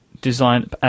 design